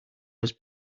was